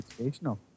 educational